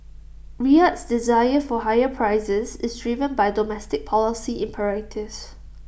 Riyadh's desire for higher prices is driven by domestic policy imperatives